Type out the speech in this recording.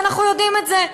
ואנחנו יודעים את זה.